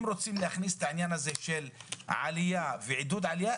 אם רוצים להכניס את העניין הזה של עלייה ועידוד עלייה,